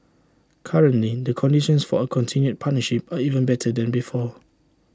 currently the conditions for A continued partnership are even better than before